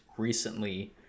recently